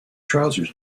trousers